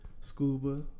Scuba